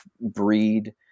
breed